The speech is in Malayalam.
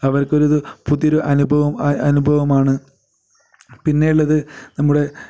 അവർക്കൊരിത് പുതിയൊരു അനുഭ അനുഭവമാണ് പിന്നെയുള്ളത് നമ്മുടെ